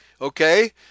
okay